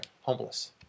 homeless